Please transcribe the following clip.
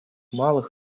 малых